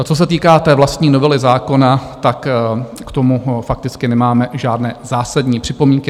Co se týká vlastní novely zákona, tak k tomu fakticky nemáme žádné zásadní připomínky.